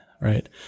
right